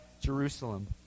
Jerusalem